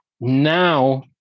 now